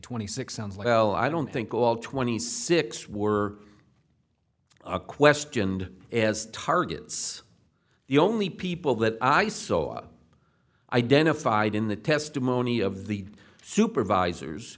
twenty six sounds like well i don't think all twenty six were are questioned as targets the only people that i saw identified in the testimony of the supervisors